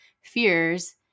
fears